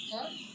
!huh!